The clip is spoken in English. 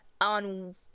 on